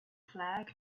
flag